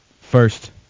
first